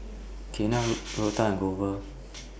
Kiana Ruthann and Glover